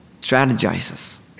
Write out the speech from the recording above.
strategizes